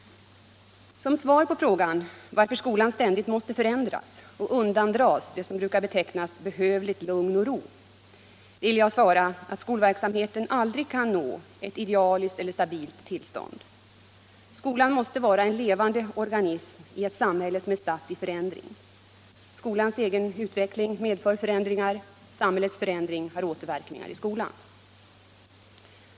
Som svar på frågan varför skolan ständigt måste förändras och undandras det som brukar betecknas som ”behövligt lugn och ro” vill jag säga att skolverksamheten aldrig kan nå ett idealiskt eller stabilt tillstånd. Skolan måste vara en levande organism i ett samhälle som är statt i förändring — skolans egen utveckling medför förändringar, samhällets förändring har återverkningar i skolan.